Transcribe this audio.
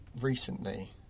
recently